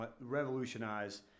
revolutionize